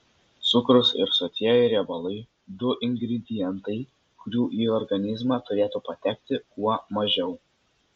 cukrus ir sotieji riebalai du ingredientai kurių į organizmą turėtų patekti kuo mažiau